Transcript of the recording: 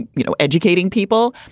you know, educating people.